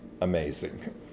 amazing